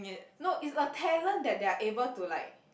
no is a talent that they are able to like